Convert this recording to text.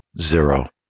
Zero